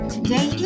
Today